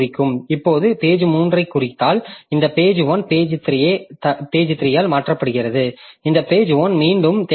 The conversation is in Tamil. இப்போது இது பேஜ்3 ஐக் குறித்தால் இந்த பேஜ்1 பேஜ்3 ஆல் மாற்றப்படுகிறது இந்த பேஜ்1 மீண்டும் தேவைப்படும்